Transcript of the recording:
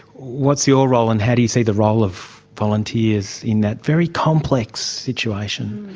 what's your role, and how do you see the role of volunteers in that very complex situation?